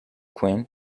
queen